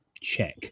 Check